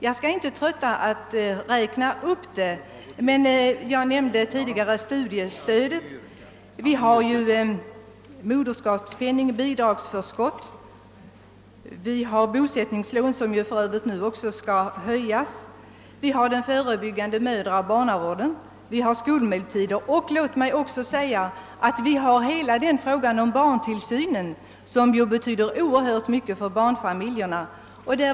Jag nämnde tidigare studiestödet och jag kan lägga till moderskapspenningen, bidragsförskotten, bosättningslånen, som för övrigt nu också skall höjas, den förebyggande mödraoch barnavården, skolmåltiderna och hela frågan om barntillsynen. Den senare betyder oerhört mycket för barnfamiljerna.